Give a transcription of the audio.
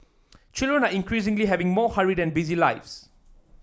children are increasingly having more hurried and busy lives